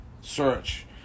search